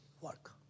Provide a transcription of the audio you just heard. work